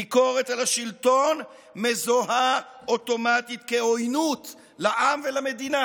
ביקורת על השלטון מזוהה אוטומטית כעוינות לעם ולמדינה.